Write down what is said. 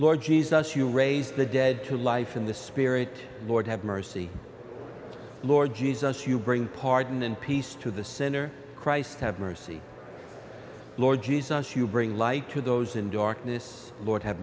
lord jesus you raise the dead to life in the spirit lord have mercy lord jesus you bring pardon and peace to the center christ have mercy lord jesus you bring light to those in darkness lord have